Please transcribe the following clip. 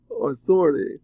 authority